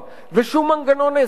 ושום מנגנון עזרה,